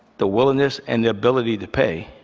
the willingness and the ability to pay,